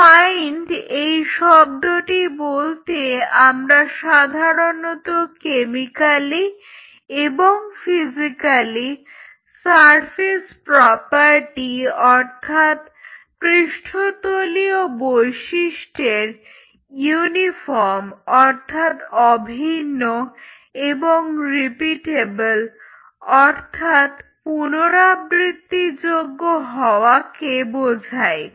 defined এই শব্দটি বলতে আমরা সাধারণত কেমিকালি এবং ফিজিক্যালি সারফেস প্রপার্টি অর্থাৎ পৃষ্ঠতলীয় বৈশিষ্ট্যের ইউনিফর্ম অর্থাৎ অভিন্ন এবং রিপিটেবিল অর্থাৎ পুনরাবৃত্তিযোগ্য হওয়াকে বোঝাই